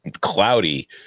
cloudy